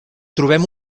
trobem